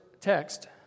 text